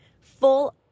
full